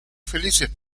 felices